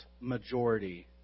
majority